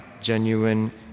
genuine